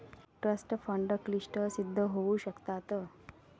trust fund क्लिष्ट सिद्ध होऊ शकतात